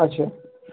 اچھا